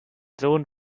sohn